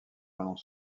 pendant